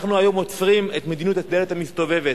אנחנו היום עוצרים את מדיניות הדלת המסתובבת.